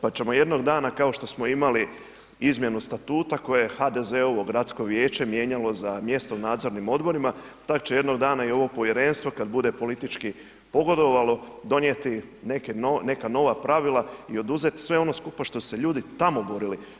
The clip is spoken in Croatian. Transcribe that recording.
Pa ćemo jednog dana, kao što smo imali izmjenu statuta koji je HDZ-ovo gradsko vijeće mijenjalo za mjesto u nadzornim odborima, tako će jednog dana i ovo povjerenstvo kad bude politički pogodovalo donijeti neka nova pravila i oduzeti sve ono skupa što se ljudi tamo borili.